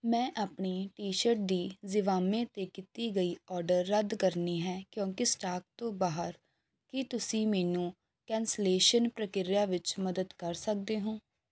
ਮੈਂ ਆਪਣੀ T shirt ਦੀ ਜ਼ਿਵਾਮੇ 'ਤੇ ਕੀਤੀ ਗਈ ਆਰਡਰ ਰੱਦ ਕਰਨੀ ਹੈ ਕਿਉਂਕਿ ਸਟਾਕ ਤੋਂ ਬਾਹਰ ਕੀ ਤੁਸੀਂ ਮੈਨੂੰ ਕੈਂਸਲੇਸ਼ਨ ਪ੍ਰਕਿਰਿਆ ਵਿੱਚ ਮਦਦ ਕਰ ਸਕਦੇ ਹੋ